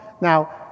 now